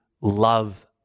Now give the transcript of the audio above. love